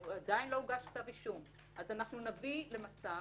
אבל עדיין לא הוגש כתב אישום נביא למצב